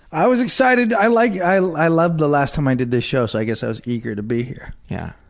i was excited. i like i i loved the last time i did this show so i guess i was eager to be here. yeah.